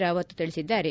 ರಾವತ್ ತಿಳಿಸಿದ್ದಾರೆ